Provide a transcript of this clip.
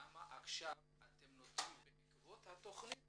לכמה עכשיו אתם נותנים בעקבות התכנית.